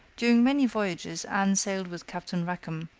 during many voyages anne sailed with captain rackham,